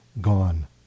gone